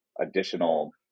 additional